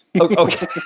Okay